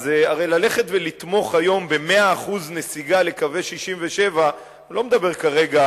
אז הרי ללכת ולתמוך היום ב-100% נסיגה לקווי 67' אני לא מדבר כרגע